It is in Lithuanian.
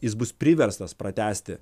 jis bus priverstas pratęsti